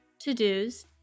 to-dos